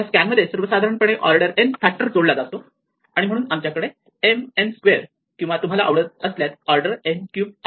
या स्कॅनमध्ये सर्वसाधारणपणे ऑर्डर n फॅक्टर जोडला जातो आणि म्हणून आमच्याकडे m n स्क्वेअर किंवा तुम्हाला आवडत असल्यास ऑर्डर n क्यूब आहे